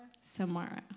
Samara